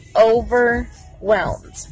Overwhelmed